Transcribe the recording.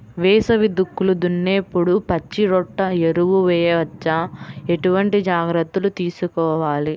వేసవి దుక్కులు దున్నేప్పుడు పచ్చిరొట్ట ఎరువు వేయవచ్చా? ఎటువంటి జాగ్రత్తలు తీసుకోవాలి?